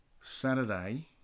Saturday